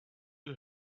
you